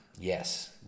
yes